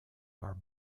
are